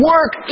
Work